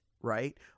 right